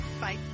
Bye